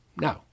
No